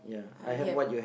I only have one